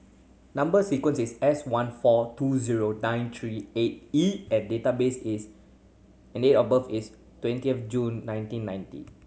number sequence is S one four two zero nine three eight E and database is and date of birth is twenty of June nineteen ninety